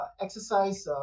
Exercise